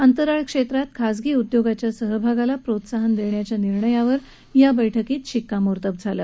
अंतराळ क्षेत्रात खाजगी उद्योगाच्या सहभागाला प्रोत्साहन देण्याच्या निर्णयावर या बैठकीत शिक्कामोर्तब झालं